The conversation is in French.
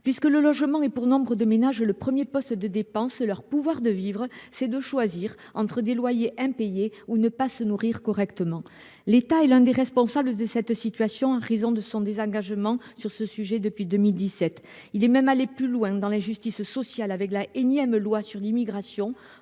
ruraux. Le logement étant pour nombre de ménages le premier poste de dépenses, leur pouvoir de vivre se résume à choisir entre payer le loyer ou se nourrir correctement ! L’État est l’un des responsables de cette situation, en raison de son désengagement depuis 2017. Il est même allé plus loin dans l’injustice sociale avec une énième loi sur l’immigration